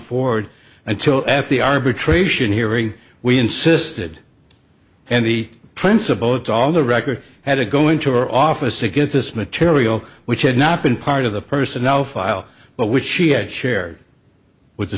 forward until at the arbitration hearing we insisted and the principal it's all the record had to go into her office to get this material which had not been part of the personnel file but which she had shared with the